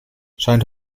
scheint